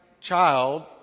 child